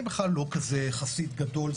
אני בכלל לא כזה חסיד גדול,